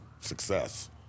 success